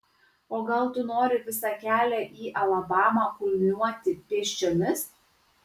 o gal tu nori visą kelią į alabamą kulniuoti pėsčiomis